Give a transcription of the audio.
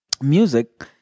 music